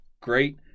great